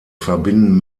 verbinden